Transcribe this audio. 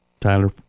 Tyler